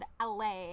LA